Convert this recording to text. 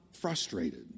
frustrated